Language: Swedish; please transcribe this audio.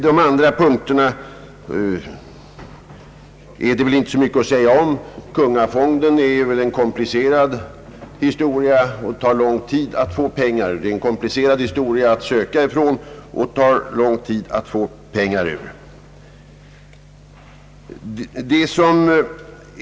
De andra punkterna är det väl inte så mycket att säga om, Det är besvärligt att söka anslag från kungafonden, och det tar lång tid att få pengar ur den.